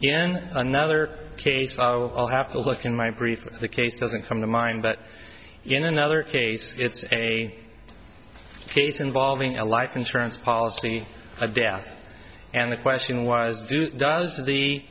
in another case half a look in my brief case doesn't come to mind but in another case it's a case involving a life insurance policy a death and the question was do does